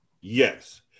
Yes